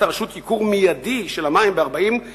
הרשות ייקור מיידי של המים ב-40% 50%?